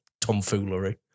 tomfoolery